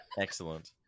Excellent